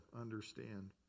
understand